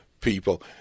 people